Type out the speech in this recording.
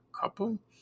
couple